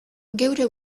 geure